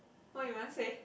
what you want say